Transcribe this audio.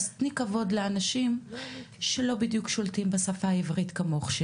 אז תני כבוד לאנשים שלא בדיוק שולטים בשפה העברית כמוך,